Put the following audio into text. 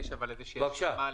הצבעה אושר.